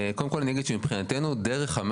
קודם כל אני אגיד שמבחינתנו,